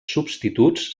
substituts